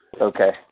Okay